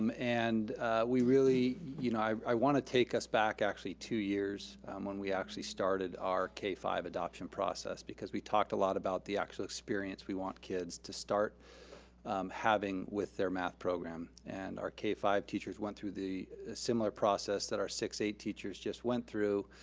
um and you know i wanna take us back actually two years when we actually started our k five adoption process because we talked a lot about the actual experience we want kids to start having with their math program. and our k five teachers went through the similar process that our six-eight teachers just went through,